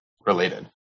related